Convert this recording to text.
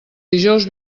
dijous